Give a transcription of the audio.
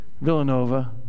villanova